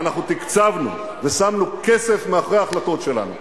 ואנחנו תקצבנו ושמנו כסף מאחורי ההחלטות שלנו.